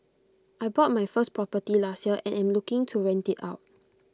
I bought my first property last year and am looking to rent IT out